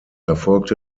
erfolgte